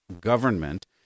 government